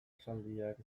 esaldiak